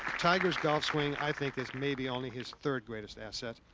tiger's golf swing i think it's maybe only his third greatest asset.